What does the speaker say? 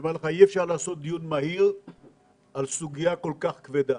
אי אפשר לעשות דיון מהיר על סוגיה כל כך כבדה.